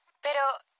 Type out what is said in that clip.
Pero